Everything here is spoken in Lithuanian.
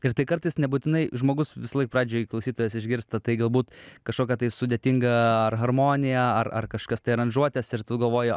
ir tai kartais nebūtinai žmogus visąlaik pradžioj klausytojas išgirsta tai galbūt kažkokią tai sudėtingą ar harmoniją ar ar kažkokias tai aranžuotes ir tu galvoji jo